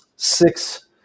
Six